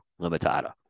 Limitada